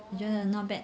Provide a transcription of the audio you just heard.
我觉得 not bad